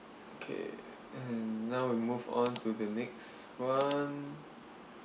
okay and now we move on to the next one